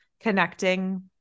connecting